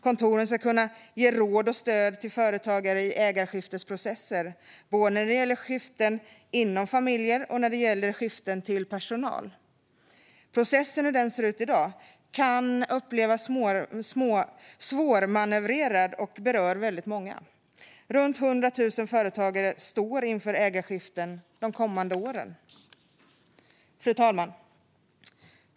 Kontoren ska kunna ge råd och stöd till företagare i ägarskiftesprocesser, både när det gäller skiften inom familjer och när det gäller skiften till personal. Processen som den ser ut i dag kan upplevas svårmanövrerad och berör många. Runt 100 000 företagare står inför ägarskiften de kommande åren. Fru talman!